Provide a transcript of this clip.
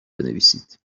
بنویسید